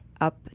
up